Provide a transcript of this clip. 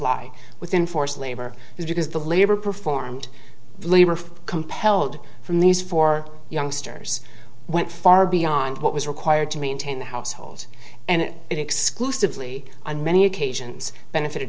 lie within forced labor because the labor performed labor for compelled from these four youngsters went far beyond what was required to maintain the household and it exclusively on many occasions benefited